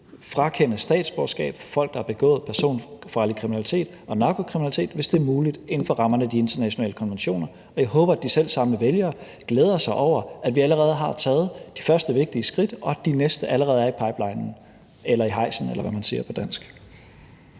frakende statsborgerskabet for folk, der har begået personfarlig kriminalitet og narkokriminalitet, hvis det er muligt inden for rammerne af de internationale konventioner. Og jeg håber, at de selvsamme vælgere glæder sig over, at vi allerede har taget de første vigtige skridt, og at de næste allerede er i pipelinen – eller i hejsen, eller hvad man siger på dansk.